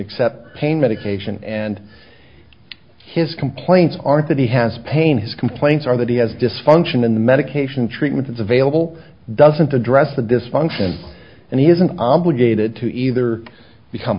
except pain medication and his complaints aren't that he has pain his complaints are that he has dysfunction in the medication treatment is available doesn't address the dysfunction and he isn't obligated to either become